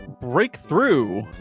Breakthrough